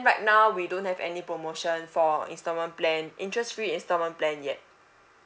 right now we don't have any promotion for installment plan interest free installment plan yet